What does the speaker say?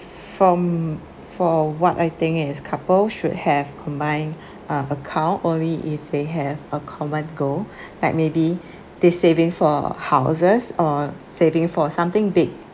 from for what I think is couple should have combined uh account only if they have a common goal like maybe they're saving for houses or saving for something big